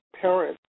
parents